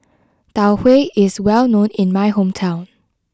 Tau Huay is well known in my hometown